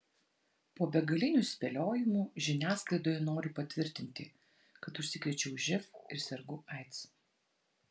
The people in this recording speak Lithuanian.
po begalinių spėliojimų žiniasklaidoje noriu patvirtinti kad užsikrėčiau živ ir sergu aids